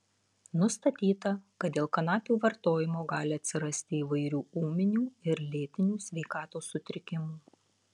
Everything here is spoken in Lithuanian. nustatyta kad dėl kanapių vartojimo gali atsirasti įvairių ūminių ir lėtinių sveikatos sutrikimų